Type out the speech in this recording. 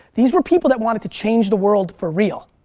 these were people that wanted to change the world for real.